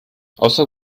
außer